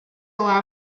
allow